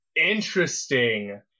Interesting